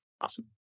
Awesome